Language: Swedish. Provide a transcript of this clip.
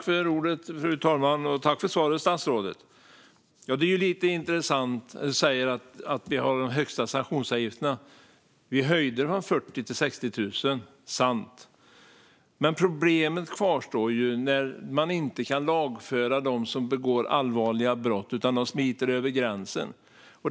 Fru talman! Jag tackar statsrådet för svaret. Det är lite intressant att statsrådet säger att vi har de högsta sanktionsavgifterna. Vi höjde från 40 000 till 60 000, det är sant, men problemet kvarstår när de som begår allvarliga brott smiter över gränsen så att vi inte kan lagföra dem.